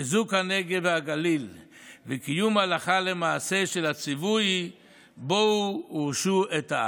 חיזוק הנגב והגליל וקיום הלכה למעשה של הציווי "בֹּאו ורשו את הארץ".